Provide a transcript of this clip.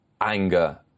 anger